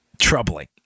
troubling